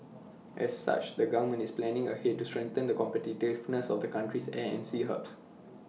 as such the government is planning ahead to strengthen the competitiveness of the country's air and sea hubs